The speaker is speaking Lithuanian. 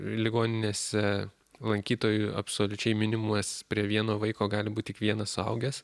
ligoninėse lankytojų absoliučiai minimumas prie vieno vaiko gali būt tik vienas suaugęs